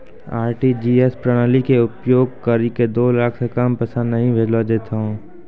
RTGS प्रणाली के उपयोग करि के दो लाख से कम पैसा नहि भेजलो जेथौन